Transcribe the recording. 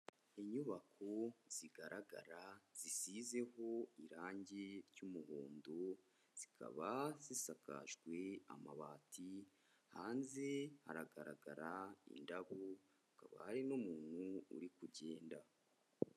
Inyubako zigaragara zisizeho irangi ry'umuhondo zikaba zisakajwe amabati, hanze hagaragara indabo hakaba hari n'umuntu uri kugenda.